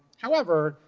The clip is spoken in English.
however,